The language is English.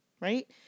Right